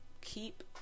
keep